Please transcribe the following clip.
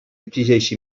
exigeixi